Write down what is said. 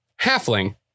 Halfling